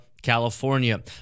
California